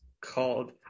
called